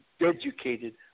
educated